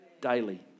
daily